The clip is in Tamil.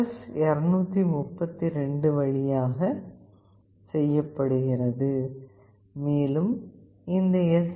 எஸ்232 வழியாக செய்யப்படுகிறது மேலும் இந்த எஸ்